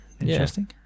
Interesting